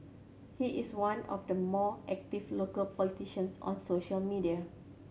he is one of the more active local politicians on social media